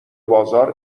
بازار